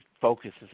focuses